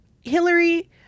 Hillary